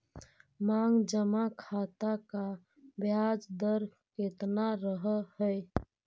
मांग जमा खाते का ब्याज दर केतना रहअ हई